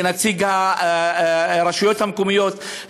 לנציג הרשויות המקומיות,